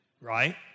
right